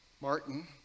Martin